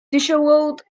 dishevelled